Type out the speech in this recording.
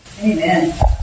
Amen